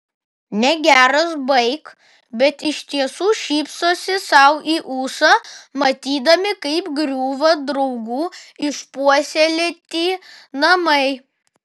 negeras baik bet iš tiesų šypsosi sau į ūsą matydami kaip griūva draugų išpuoselėti namai